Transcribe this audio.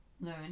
Learn